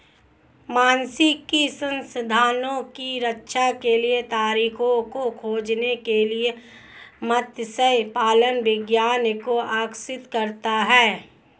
मात्स्यिकी संसाधनों की रक्षा के तरीकों को खोजने के लिए मत्स्य पालन विज्ञान को आकर्षित करता है